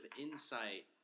insight